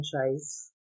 franchise